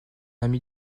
ami